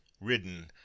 ridden